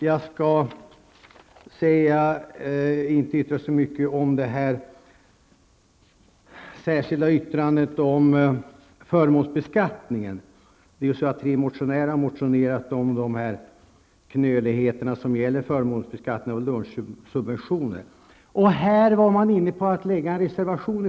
Jag skall inte säga så mycket om det särskilda yttrandet om förmånsbeskattningen. Tre motionärer har väckt en motion om knöligheterna i förmånsbeskattningen av lunchsubventioner. Här har socialdemokraterna i utskottet varit inne på att lägga en reservation.